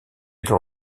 dans